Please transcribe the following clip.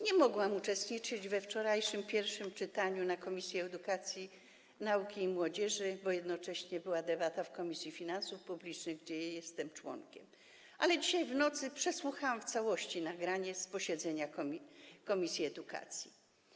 Nie mogłam uczestniczyć we wczorajszym pierwszym czytaniu w Komisji Edukacji, Nauki i Młodzieży, bo jednocześnie była debata w Komisji Finansów Publicznych, której jestem członkiem, ale dzisiaj w nocy przesłuchałam w całości nagranie z posiedzenia komisji edukacji.